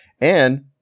and-